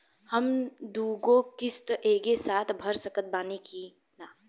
हम दु गो किश्त एके साथ भर सकत बानी की ना?